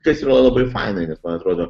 kas yra labai fanai nes man atrodo